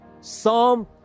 Psalm